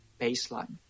baseline